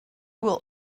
will